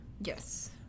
Yes